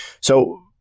So-